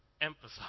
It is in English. emphasize